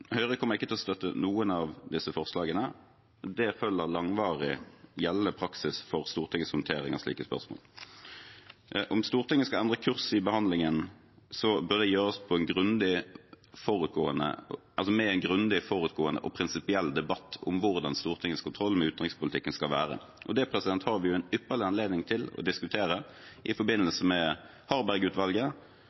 Høyre kommer ikke til å støtte noen av disse forslagene. Det følger langvarig gjeldende praksis for Stortingets håndtering av slike spørsmål. Om Stortinget skal endre kurs i behandlingen, bør det gjøres med en grundig og prinsipiell forutgående debatt om hvordan Stortingets kontroll med utenrikspolitikken skal være. Det har vi en ypperlig anledning til å diskutere i forbindelse med